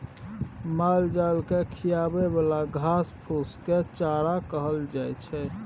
मालजाल केँ खिआबे बला घास फुस केँ चारा कहल जाइ छै